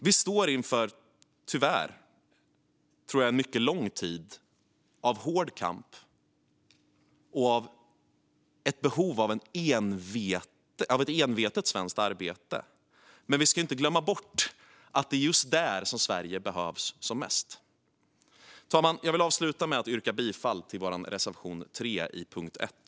Jag tror att vi tyvärr står inför en mycket lång tid av hård kamp och av ett behov av ett envetet svenskt arbete. Men vi ska inte glömma bort att det är just där som Sverige behövs som mest. Fru talman! Jag vill avsluta med att yrka bifall till vår reservation 3 under punkt 1.